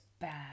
bad